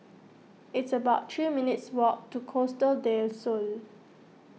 it's about three minutes' walk to Costa del Sol